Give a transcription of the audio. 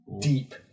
Deep